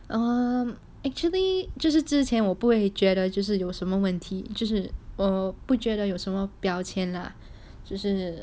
um actually 就是之前我不会觉得就是有什么问题就是我不觉得有什么票签了就是